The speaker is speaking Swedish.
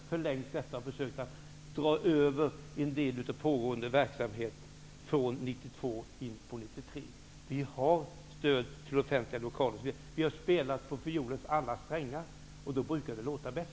Vi har förlängt denna och försökt att dra över en del av pågående verksamhet från 1992 till 1993. Det finns stöd för offentliga lokaler. Vi har spelat på fiolens alla strängar, och då brukar det låta bäst.